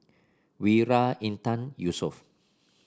Wira Intan Yusuf